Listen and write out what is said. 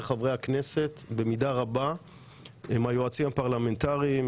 חברי הכנסת במידה רבה הם היועצים הפרלמנטריים,